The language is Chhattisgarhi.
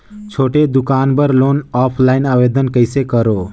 छोटे दुकान बर लोन ऑफलाइन आवेदन कइसे करो?